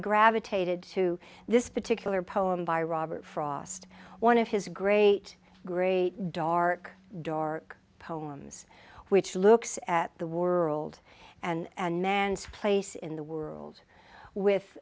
gravitated to this particular poem by robert frost one of his great great dark dark poems which looks at the world and man's place in the world